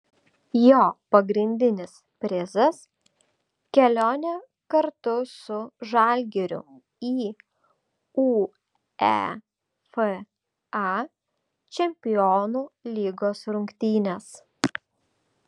jo pagrindinis prizas kelionė kartu su žalgiriu į uefa čempionų lygos rungtynes